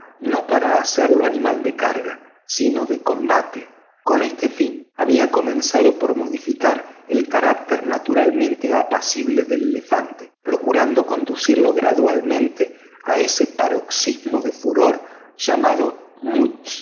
no para hacerlo animal de carga sino de pelea con este fin había comenzado por modificar el carácter naturalmente apacible del elefante procurando conducirlo gradualmente a ese paroxismo de furor llamado muths